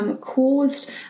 caused